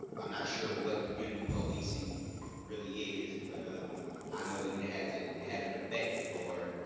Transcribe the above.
i'm not sure what community policing really is, but um i know that it hasn't had an effect or